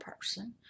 person